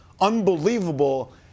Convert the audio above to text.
unbelievable